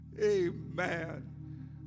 Amen